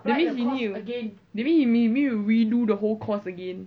that means he need to he may need to redo the whole course again